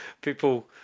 people